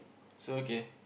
so okay